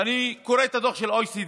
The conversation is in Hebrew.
אני קורא עכשיו את הדוח של OECD,